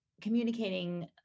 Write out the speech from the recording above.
communicating